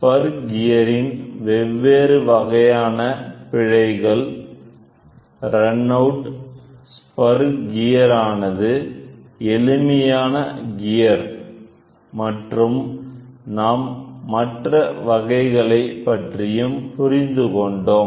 spur கியரின் வெவ்வேறு வகையான பிழைகள்ரன் அவுட் ஸ்பர் கியர் ஆனது எளிமையான கியர் மற்றும் நாம் மற்ற வகைகளை பற்றியும் புரிந்து கொண்டோம்